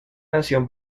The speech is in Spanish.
nación